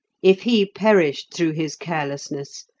if he perished through his carelessness,